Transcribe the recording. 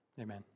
amen